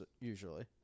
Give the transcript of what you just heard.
usually